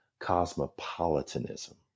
cosmopolitanism